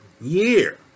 year